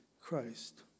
Christ